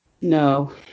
No